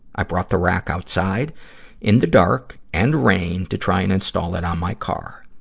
i brought the rack outside in the dark and rain to try and install it on my car.